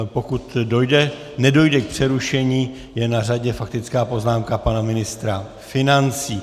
Pokud nedojde k přerušení, je na řadě faktická poznámka pana ministra financí.